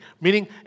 Meaning